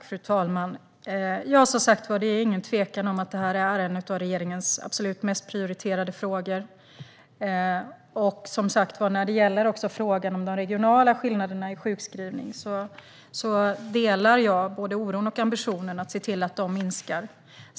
Fru talman! Det är som sagt ingen tvekan om att detta är en av regeringens mest prioriterade frågor. När det gäller frågan om de regionala skillnaderna i sjukskrivning delar jag oron och har samma ambition att se till att de minskar.